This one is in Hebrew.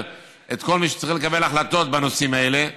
את כל מי שצריך לקבל החלטות בנושאים האלה,